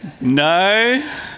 No